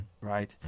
right